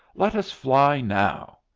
let us fly now.